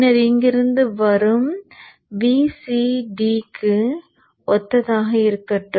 பின்னர் இங்கிருந்து வரும் Vc d க்கு ஒத்ததாக இருக்கட்டும்